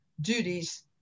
duties